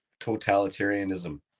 totalitarianism